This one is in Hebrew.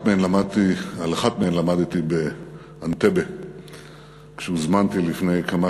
ועל אחת מהן למדתי באנטבה כשהוזמנתי לפני כמה